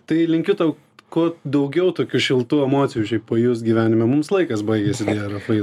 tai linkiu tau kuo daugiau tokių šiltų emocijų šiaip pajust gyvenime mums laikas baigėsi deja rafail